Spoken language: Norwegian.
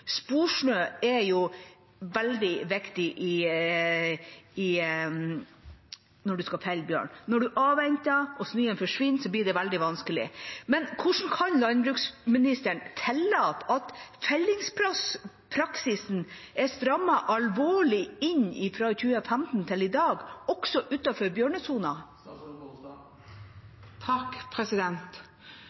Sporsnø er veldig viktig når man skal felle bjørn. Når man avventer og snøen forsvinner, blir det veldig vanskelig. Men hvordan kan landbruksministeren tillate at fellingspraksisen er strammet alvorlig inn fra 2015 til i dag, også